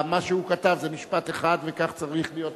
מה שהוא כתב זה משפט אחד, וכך צריך להיות החוק.